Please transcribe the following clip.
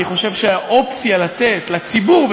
אני חושב שהאופציה לתת לציבור,